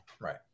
Right